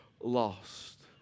lost